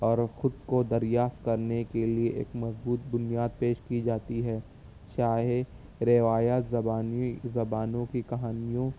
اور خود کو دریا کرنے کے لیے ایک مضبوط بنیاد پیش کی جاتی ہے چاہے روایات زبانی زبانوں کی کہانیوں